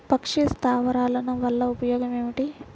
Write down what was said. పక్షి స్థావరాలు వలన ఉపయోగం ఏమిటి?